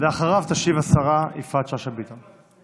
אחריו תשיב השרה יפעת שאשא ביטון.